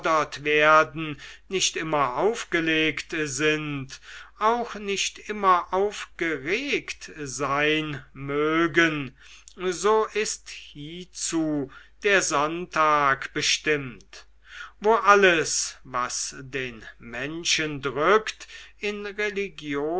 werden nicht immer aufgelegt sind auch nicht immer aufgeregt sein mögen so ist hiezu der sonntag bestimmt wo alles was den menschen drückt in religioser